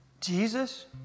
Jesus